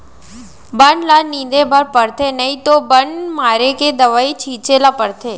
बन ल निंदे बर परथे नइ तो बन मारे के दवई छिंचे ल परथे